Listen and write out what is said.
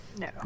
No